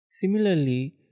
Similarly